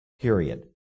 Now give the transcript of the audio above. period